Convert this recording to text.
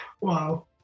Wow